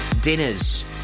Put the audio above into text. dinners